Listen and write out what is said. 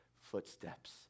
footsteps